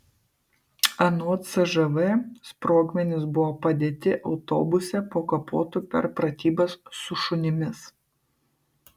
anot cžv sprogmenys buvo padėti autobuse po kapotu per pratybas su šunimis